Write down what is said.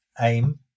aim